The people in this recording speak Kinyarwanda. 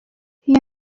iyi